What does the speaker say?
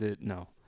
no